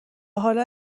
حالا